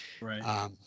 right